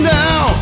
now